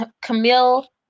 Camille